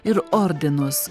ir ordinus